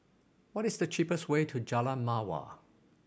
what is the cheapest way to Jalan Mawar